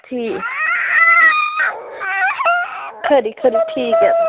ठीक